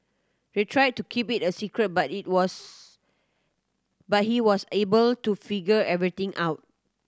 they tried to keep it a secret but it was but he was able to figure everything out